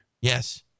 Yes